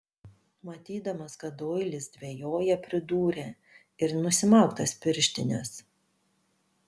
matydamas kad doilis dvejoja pridūrė ir nusimauk tas pirštines